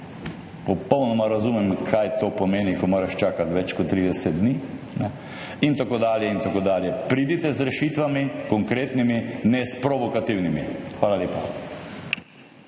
Popolnoma razumem, kaj to pomeni, ko moraš čakati več kot 30 dni. In tako dalje in tako dalje. Pridite s konkretnimi rešitvami, ne s provokativnimi. Hvala lepa.